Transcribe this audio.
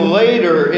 later